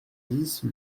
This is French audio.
dix